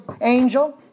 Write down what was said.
angel